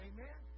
Amen